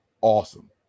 awesome